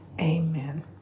Amen